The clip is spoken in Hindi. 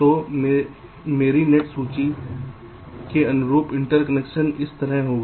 तो मेरी नेट सूची के अनुरूप इंटरकनेक्शन इस तरह होगा